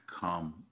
come